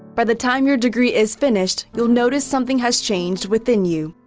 by the time your degree is finished, you'll notice something has changed within you.